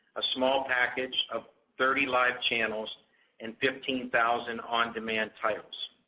a small package of thirty live channels and fifteen thousand on-demand titles.